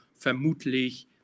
vermutlich